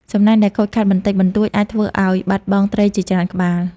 សំណាញ់ដែលខូចខាតបន្តិចបន្តួចអាចធ្វើឲ្យបាត់បង់ត្រីជាច្រើនក្បាល។